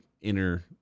inner